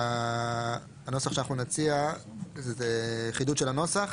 הנוסח שאנחנו נציע הוא חידוד של הנוסח.